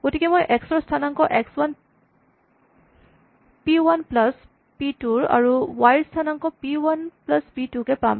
গতিকে মই এক্স ৰ স্হানাংক X one P one plus P two আৰু ৱাই ৰ স্হানাংক P one plus P two কে পাম